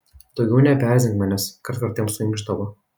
daugiau nebeerzink manęs kartkartėm suinkšdavo